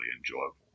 enjoyable